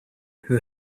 who